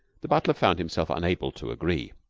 the butler found himself unable to agree.